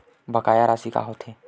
बकाया राशि का होथे?